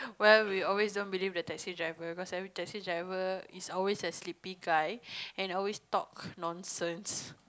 oh ya we always don't believe the taxi driver because every taxi driver is always the sleepy kind and always talk nonsense